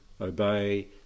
obey